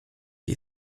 jej